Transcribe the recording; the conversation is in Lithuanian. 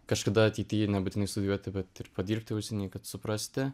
kažkada ateity nebūtinai studijuoti bet ir padirbti užsieny kad suprasti